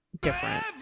different